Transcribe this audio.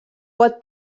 pot